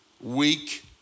weak